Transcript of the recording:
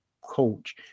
coach